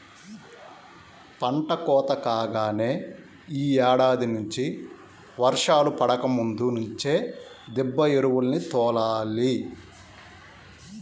పంట కోత కాగానే యీ ఏడాది నుంచి వర్షాలు పడకముందు నుంచే దిబ్బ ఎరువుల్ని తోలాలి